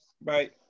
Bye